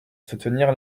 soutenir